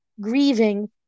grieving